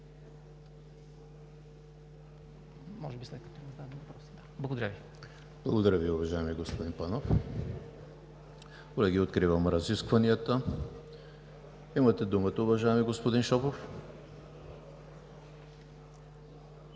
ЕМИЛ ХРИСТОВ: Благодаря Ви, уважаеми господин Панов. Колеги, откривам разискванията. Имате думата, уважаеми господин Шопов.